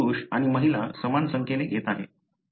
मी पुरुष आणि महिला समान संख्येने घेत आहे